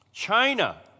China